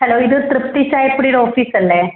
hello ഇത് തൃപ്തി ചായപ്പൊടിയുടെ office അല്ലേ